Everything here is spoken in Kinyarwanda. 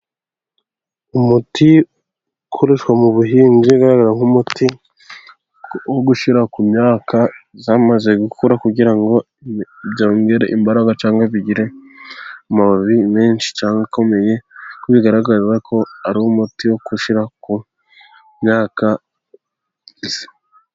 Umuti ukoreshwa mu buhinzi, ugaragara nk'umuti wo gushira ku myaka yamaze gukura, kugira ngo byongere imbaraga cyangwa bigire amababi menshi cyangwa akomeye, kuko bigara ko ari umuti wo gushira ku myaka....